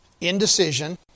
Indecision